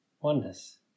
oneness